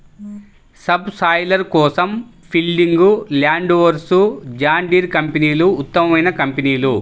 sub soiler కోసం Fieldking, Landforce, John Deere కంపెనీలు ఉత్తమమైన కంపెనీలు